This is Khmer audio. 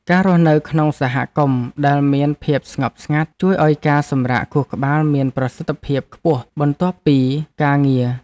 ការរស់នៅក្នុងសហគមន៍ដែលមានភាពស្ងប់ស្ងាត់ជួយឱ្យការសម្រាកខួរក្បាលមានប្រសិទ្ធភាពខ្ពស់បន្ទាប់ពីការងារ។